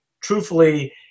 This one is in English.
truthfully